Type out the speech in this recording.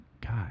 God